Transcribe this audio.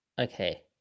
Okay